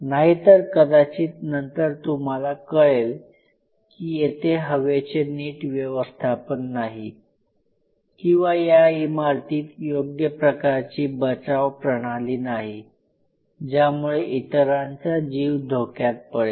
नाहीतर कदाचित नंतर तुम्हाला कळेल की येथे हवेचे नीट व्यवस्थापन नाही किंवा या इमारतीत योग्य प्रकारची बचाव प्रणाली नाही ज्यामुळे इतरांचा जीव धोक्यात पडेल